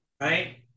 right